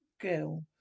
girl